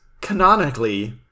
canonically